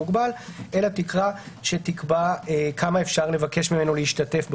תהיה תקרה שתקבע כמה אפשר לבקש ממנו להשתתף במימון.